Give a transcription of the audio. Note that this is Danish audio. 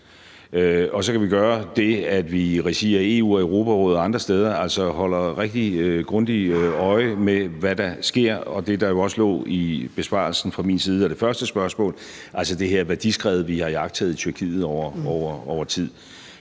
Så kan vi gøre det, at vi i regi af EU og af Europarådet og andre steder holder rigtig grundigt øje med, hvad der sker, og også i forhold til det, der lå i besvarelsen fra min side af det første spørgsmål, altså det her værdiskred, vi har iagttaget i Tyrkiet over tid.